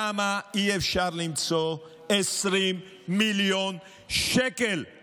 למה אי-אפשר למצוא 20 מיליון שקל לכך